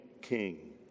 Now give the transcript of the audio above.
king